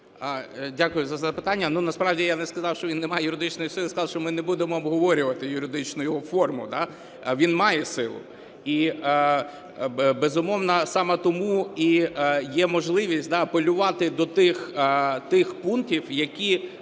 Дякую за запитання. Насправді я не сказав, що він не має юридичної сили, я сказав, що ми не будемо обговорювати юридичну його форму. Він має силу. І, безумовно, саме тому і є можливість апелювати до тих пунктів, які